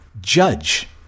judge